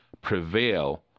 prevail